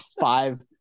five